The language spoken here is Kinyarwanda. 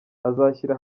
azashyira